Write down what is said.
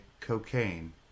cocaine